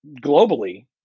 globally